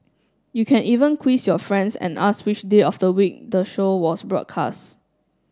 you can even quiz your friends and ask which day of the week the show was broadcast